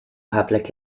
public